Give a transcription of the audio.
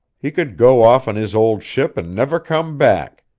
he could go off on his old ship and never come back.